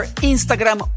Instagram